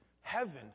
Heaven